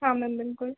हाँ मैम बिल्कुल